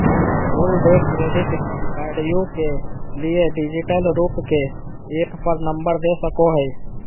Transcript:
कुल देय क्रेडिट कार्डव्यू के लिए डिजिटल रूप के ऐप पर नंबर दे सको हइ